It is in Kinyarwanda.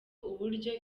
uburyo